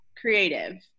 creative